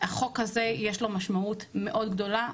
לחוק הזה יש משמעות מאוד גדולה,